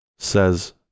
says